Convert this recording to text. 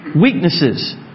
Weaknesses